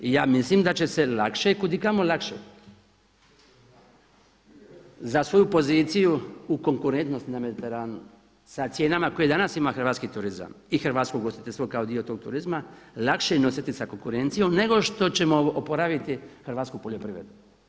I ja mislim da će se lakše, kudikamo lakše za svoju poziciju u konkurentnost na Mediteranu, sa cijenama koje i danas ima hrvatski turizam i hrvatsko ugostiteljstvo kao dio tog turizma lakše nositi sa konkurencijom nego što ćemo oporaviti hrvatsku poljoprivredu.